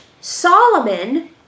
Solomon